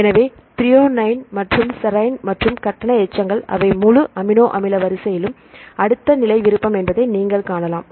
எனவே த்ரோயோனைன் மற்றும் செரீன் மற்றும் கட்டண எச்சங்கள் அவை முழு அமினோ அமில வரிசையிலும் அடுத்த நிலை விருப்பம் என்பதை நீங்கள் காணலாம்